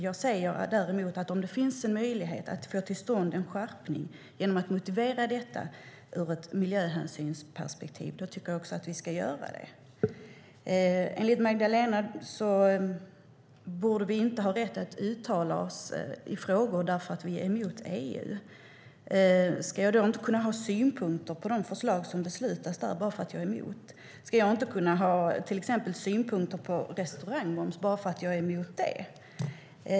Jag säger däremot att om det finns en möjlighet att få till stånd en skärpning genom att motivera detta ur ett miljöhänsynsperspektiv, då tycker jag också att vi ska använda den möjligheten. Enligt Magdalena borde vi inte ha rätt att uttala oss i frågor eftersom vi är emot EU. Ska jag då inte kunna ha synpunkter på de förslag som beslutas där, bara därför att jag är emot EU? Ska jag till exempel inte kunna ha synpunkter på restaurangmoms bara därför att jag är emot det?